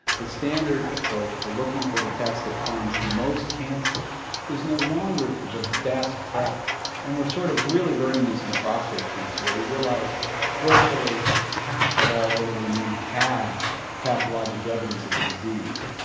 the standard approach for looking for the test that finds the most cancer is no longer the best test, and we're sort of really learning this in prostate cancer where we realise virtually half of all elderly men have pathologic evidence of the disease.